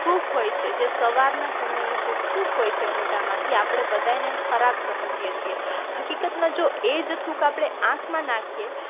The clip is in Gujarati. થૂંક હોય છે જે સવારનાં સમયે જે થૂંક હોય છે મોઢામાંથી આપણે બધાં એને ખરાબ સમજીએ છીએ હકીકતમાં જો એ જ થૂંક આપણે આંખમાં નાખીએ